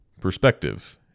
perspective